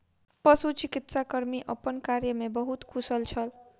पशुचिकित्सा कर्मी अपन कार्य में बहुत कुशल छल